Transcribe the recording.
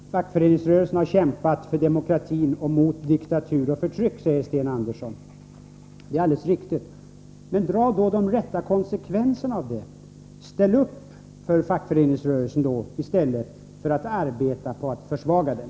Herr talman! Jag skall fatta mig mycket kort. Fackföreningsrörelsen har kämpat för demokrati och mot diktatur och förtryck, säger Sten Andersson i Malmö. Det är alldeles riktigt. Men dra då de rätta konsekvenserna av detta! Ställ upp för fackföreningsrörelsen i stället — Nr 126 för att arbeta för att försvaga den!